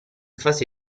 fase